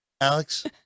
Alex